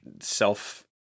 self